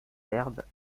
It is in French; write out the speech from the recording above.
herbes